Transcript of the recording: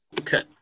Okay